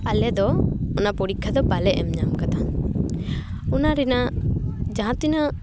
ᱟᱞᱮ ᱫᱚ ᱚᱱᱟ ᱯᱚᱨᱤᱠᱷᱟ ᱫᱚ ᱵᱟᱞᱮ ᱮᱢ ᱧᱟᱢ ᱟᱠᱟᱫᱟ ᱚᱱᱟ ᱨᱮᱱᱟᱜ ᱡᱟᱦᱟᱸ ᱛᱤᱱᱟᱹᱜ